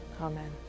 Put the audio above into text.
amen